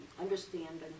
Understanding